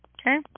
Okay